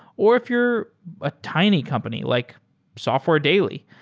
or if you're a tiny company like software daily.